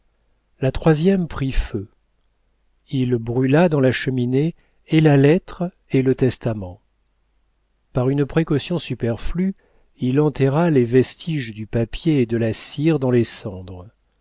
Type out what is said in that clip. la troisième prit feu il brûla dans la cheminée et la lettre et le testament par une précaution superflue il enterra les vestiges du papier et de la cire dans les cendres